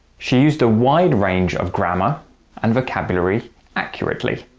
she used a wide range of grammar and vocabulary accurately,